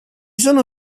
sono